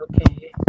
okay